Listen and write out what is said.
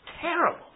terrible